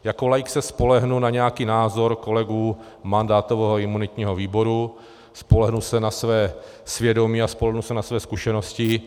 Jako laik se spolehnu na nějaký názor kolegů mandátového a imunitního výboru, spolehnu se na své svědomí a spolehnu se na své zkušenosti.